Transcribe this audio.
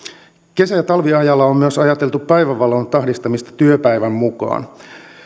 kesä ja talviajalla on myös ajateltu päivänvalon tahdistamista työpäivän mukaan